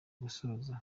gusoza